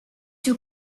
two